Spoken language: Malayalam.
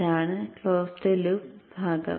ഇതാണ് ക്ലോസ്ഡ് ലൂപ്പ് ഭാഗം